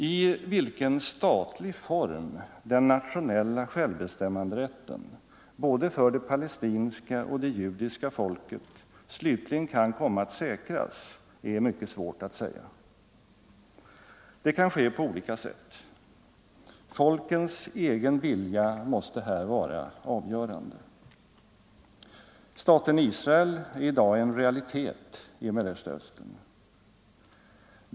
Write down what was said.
I vilken statlig form den nationella självbestämmanderätten både för det palestinska och för det judiska folket slutligen kan komma att säkras är mycket svårt att säga. Det kan ske på olika sätt. Folkens egen vilja måste här vara avgörande. Staten Israel är i dag en realitet i Mellersta Östern.